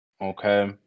okay